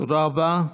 תודה רבה.